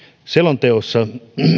selonteossa